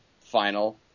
final